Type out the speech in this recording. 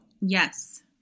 Yes